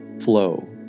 flow